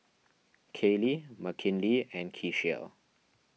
Kaylie Mckinley and Keshia